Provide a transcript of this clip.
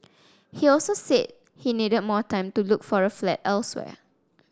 he also said he needed more time to look for a flat elsewhere